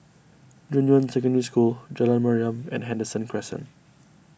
Junyuan Secondary School Jalan Mariam and Henderson Crescent